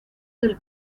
del